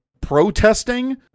protesting